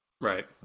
Right